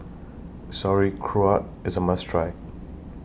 Sauerkraut IS A must Try